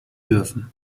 dürfen